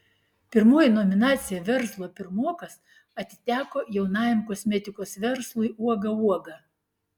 pirmoji nominacija verslo pirmokas atiteko jaunajam kosmetikos verslui uoga uoga